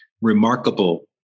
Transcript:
remarkable